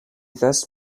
thus